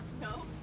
No